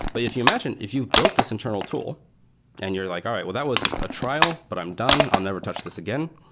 but if you imagine, if you've built this internal tool and you're like, all right. that was a trial, but i'm done. i'll never touch this again,